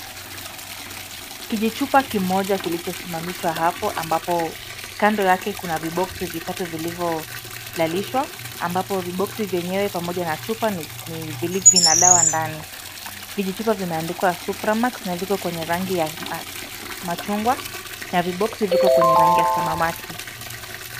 Kijichupa kimoja kilichosimamishwa hapo ambapo kando yake kuna viboxi vitatu vilivyolalishwa ambapo viboxi vyenyewe pamoja na chupa vilivyo na dawa ndani, vijichupa vimeandikwa supramax vimeandikwa kwenye rangi ya machungwa na viboxi viko kwenye rangi ya samawati.